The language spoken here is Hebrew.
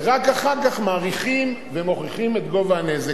ורק אחר כך מעריכים ומוכיחים את גובה הנזק.